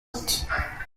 ate